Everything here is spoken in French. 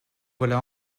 voilà